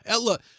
Look